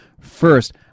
First